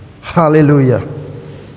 hallelujah